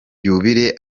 yubile